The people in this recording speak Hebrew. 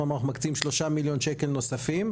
אמרנו שאנחנו מקצים כ-3 מיליון שקלים נוספים,